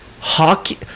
hockey